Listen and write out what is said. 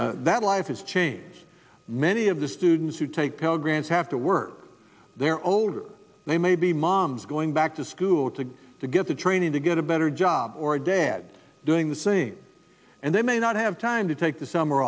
that life has changed many of the students who take pell grants have to work their older they may be moms going back to school to to get the training to get a better job or a dad doing the same and they may not have time to take the summer